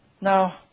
Now